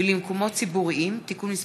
ולמקומות ציבוריים (תיקון מס'